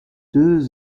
deux